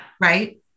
Right